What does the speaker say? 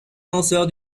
lanceur